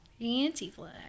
Anti-flag